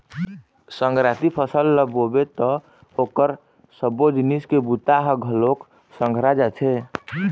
संघराती फसल ल बोबे त ओखर सबो जिनिस के बूता ह घलोक संघरा जाथे